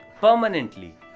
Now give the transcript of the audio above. permanently